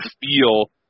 feel